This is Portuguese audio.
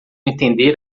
entender